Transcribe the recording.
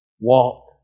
Walk